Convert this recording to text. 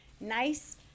Nice